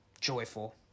Joyful